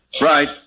Right